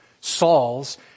Saul's